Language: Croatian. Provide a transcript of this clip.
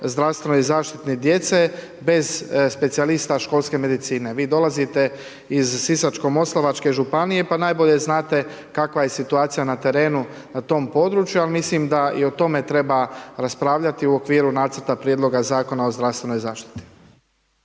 zdravstvenoj zaštiti djece bez specijalista školske medicine. Vi dolazite iz sisačko-moslavačke županije pa najbolje znate kakva je situacija na terenu na tom području, ali mislim da i o tome treba raspravljati u okviru nacrta prijedloga Zakona o zdravstvenoj zaštiti.